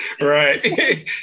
Right